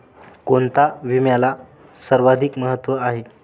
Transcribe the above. कोणता विम्याला सर्वाधिक महत्व आहे?